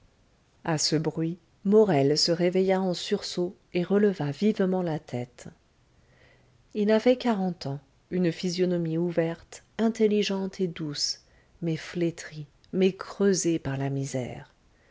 à ce bruit morel se réveilla en sursaut et releva vivement la tête il avait quarante ans une physionomie ouverte intelligente et douce mais flétrie mais creusée par la misère